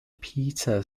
peter